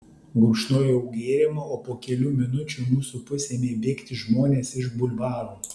gurkšnojau gėrimą o po kelių minučių į mūsų pusę ėmė bėgti žmonės iš bulvaro